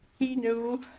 he knew